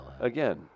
again